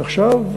ועכשיו,